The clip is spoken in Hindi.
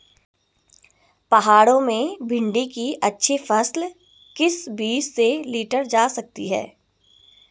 पहाड़ों में भिन्डी की अच्छी फसल किस बीज से लीटर जा सकती है?